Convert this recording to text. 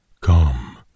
Come